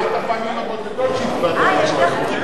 זאת אחת הפעמים הבודדות שהצבעת יחד עם הקואליציה.